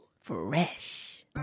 Fresh